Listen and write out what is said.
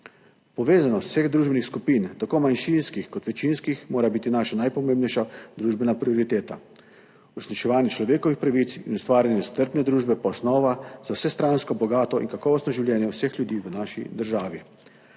Povezanost vseh družbenih skupin, tako manjšinskih kot večinskih, mora biti naša najpomembnejša družbena prioriteta, uresničevanje človekovih pravic in ustvarjanje strpne družbe pa osnova za vsestransko bogato in kakovostno življenje vseh ljudi v naši državi.